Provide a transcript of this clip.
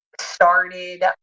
started